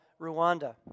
Rwanda